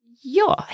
Ja